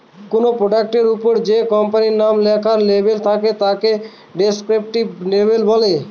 কোনো প্রোডাক্টের ওপরে যে কোম্পানির নাম লেখার লেবেল থাকে তাকে ডেস্ক্রিপটিভ লেবেল বলে